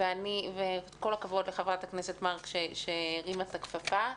כל הכבוד לחברת הכנסת מארק שהרימה את הכפפה.